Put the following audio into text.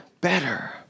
better